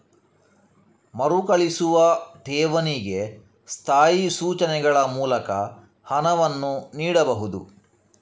ಮರುಕಳಿಸುವ ಠೇವಣಿಗೆ ಸ್ಥಾಯಿ ಸೂಚನೆಗಳ ಮೂಲಕ ಹಣವನ್ನು ನೀಡಬಹುದು